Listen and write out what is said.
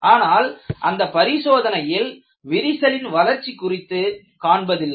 ஆனால் அந்தப் பரிசோதனையில் விரிசலின் வளர்ச்சி குறித்து கண்காணிப்பதில்லை